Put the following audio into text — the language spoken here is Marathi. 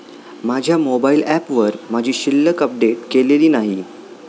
माझ्या मोबाइल ऍपवर माझी शिल्लक अपडेट केलेली नाही